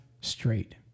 straight